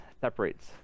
separates